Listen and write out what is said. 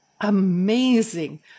amazing